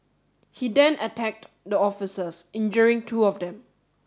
he then attacked the officers injuring two of them